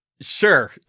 Sure